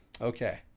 Okay